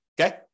Okay